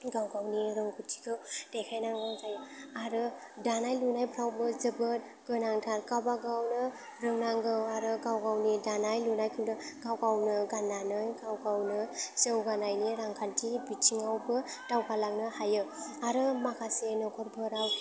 गाव गावनि रोंगौथिखौ देखायनांगौ जायो आरो दानाय लुनायफ्रावबो जोबोद गोनांथार गावबा गावनो रोंनांगौ आरो गाव गावनि दानाय लुनायखौ गाव गावनो गाननानै गाव गावनो जौगानायनि रांखान्थि बिथिङावबो दावगालांनो हायो आरो माखासे न'खरफोराव